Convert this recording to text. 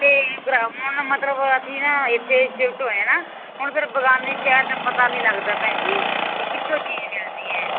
ਅਤੇ ਹੁਣ ਮਤਲਬ ਅਸੀਂ ਨਾ ਇਥੇ ਸ਼ਿਫਟ ਹੋਏ ਨਾ ਹੁਣ ਫਿਰ ਬੇਗਾਨੇ ਸ਼ਹਿਰ ਦਾ ਪਤਾ ਨਹੀਂ ਲੱਗਦਾ ਭੈਣ ਜੀ ਵੀ ਕਿੱਥੋਂ ਚੀਜ਼ ਮਿਲਦੀ ਹੈ